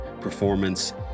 performance